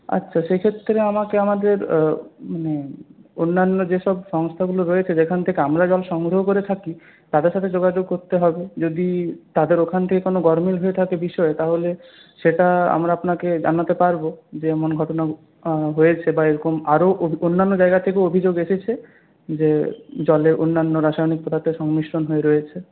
আচ্ছা সে ক্ষেত্রে আমাকে আমাদের অন্যান্য যেসব সংস্থাগুলো রয়েছে যেখান থেকে আমরা জল সংগ্রহ করে থাকি তাদের সাথে যোগাযোগ করতে হবে যদি তাদের ওখান থেকে কোনো গরমিল হয়ে থাকে বিষয়ে তাহলে সেটা আমরা আপনাকে জানাতে পারবো যে এমন ঘটনা হয়েছে বা এরকম আরও অন্যান্য জায়গা থেকেও অভিযোগ এসেছে যে জলে অন্যান্য রাসায়নিক পদার্থের সংমিশ্রণ হয়ে রয়েছে